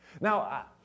Now